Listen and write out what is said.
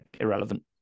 irrelevant